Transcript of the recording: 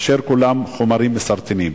אשר כולם חומרים מסרטנים.